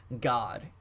God